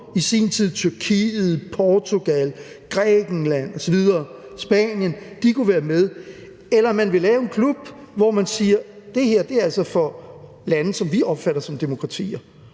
var det Tyrkiet, Portugal, Grækenland, Spanien osv. – kunne være med, eller om man vil lave en klub, hvor man siger: Det her er altså for lande, som vi opfatter som demokratier.